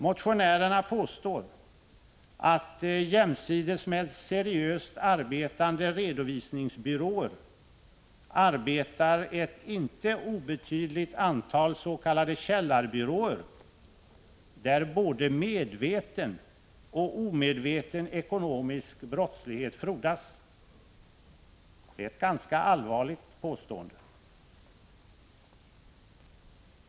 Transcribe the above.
Motionärerna påstår att jämsides med seriöst arbetande redovisningsbyråer arbetar ett inte obetydligt antal s.k. källarbyråer, där både medveten och omedveten ekonomisk brottslighet frodas. Det är ett ganska allvarligt påstående.